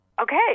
okay